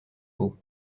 peau